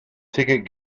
ticket